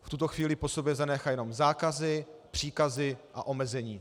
V tuto chvíli po sobě zanechá jenom zákazy, příkazy a omezení.